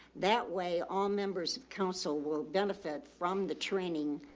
that way all members of council will benefit from the training,